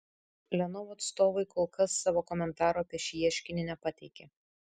lenovo atstovai kol kas savo komentaro apie šį ieškinį nepateikė